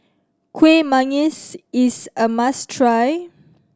Kueh Manggis is a must try